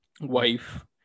wife